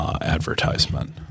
advertisement